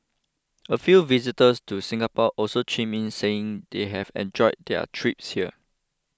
a few visitors to Singapore also chimed in saying they've enjoyed their trips here